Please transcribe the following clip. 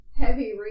heavy